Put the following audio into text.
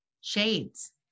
shades